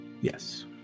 Yes